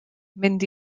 mynd